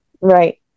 right